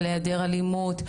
על היעדר אלימות,